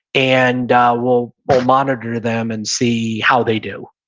and ah we'll we'll monitor them and see how they do.